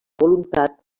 voluntat